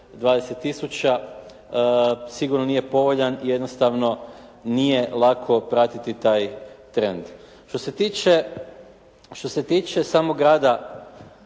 1,120 tisuća sigurno nije povoljan i jednostavno nije lako pratiti taj trend. Što se tiče, što se